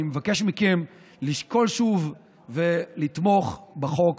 אני מבקש מכם לשקול שוב ולתמוך בחוק